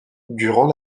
durant